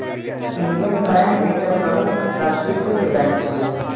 Indian Bank एकटा प्रमुख राष्ट्रीयकृत बैंक छियै